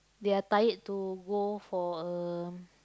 they are tired to go for a